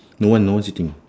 no one no one sitting